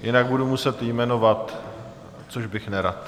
Jinak budu muset jmenovat, což bych nerad.